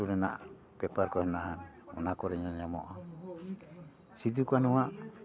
ᱟᱹᱛᱩ ᱨᱮᱱᱟᱜ ᱯᱮᱯᱟᱨ ᱠᱚ ᱦᱮᱱᱟᱜᱼᱟ ᱚᱱᱟ ᱠᱚᱨᱮ ᱧᱮᱞ ᱧᱟᱢᱚᱜᱼᱟ ᱥᱤᱫᱩ ᱠᱟᱹᱱᱩᱣᱟᱜ